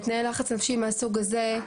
בתנאי לחץ נפשי מהסוג הזה,